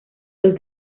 los